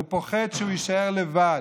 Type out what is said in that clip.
הוא פוחד שהוא יישאר לבד.